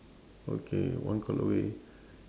okay one call away